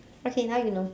okay now you know